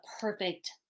perfect